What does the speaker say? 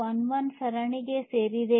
11 ಸರಣಿಗೆ ಸೇರಿದೆ